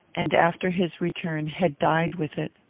and after his return had died with it.